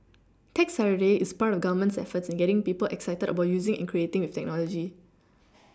tech Saturday is part of the government's efforts in getting people excited about using and creating with technology